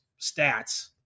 stats